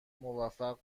موفق